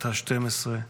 בת 12,